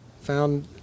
found